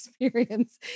experience